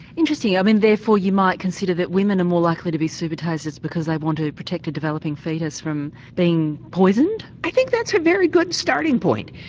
interesting, um and therefore you might consider that women are more likely to be supertasters because they'd want to protect a developing foetus from being poisoned. i think that's a very good starting point.